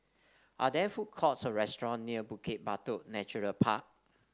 are there food courts or restaurant near Bukit Batok Nature Park